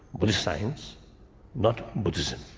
buddhist science not buddhism.